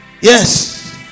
Yes